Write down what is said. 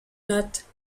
note